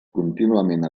contínuament